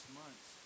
months